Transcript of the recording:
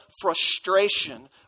frustration